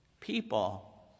people